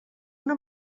una